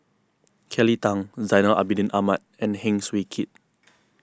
Kelly Tang Zainal Abidin Ahmad and Heng Swee Keat